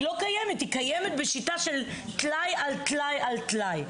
היא קיימת בשיטה של טלאי על טלאי על טלאי.